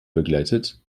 begleitet